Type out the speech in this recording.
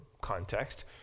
context